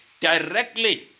directly